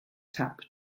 tap